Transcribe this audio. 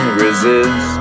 resist